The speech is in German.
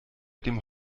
dem